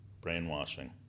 brainwashing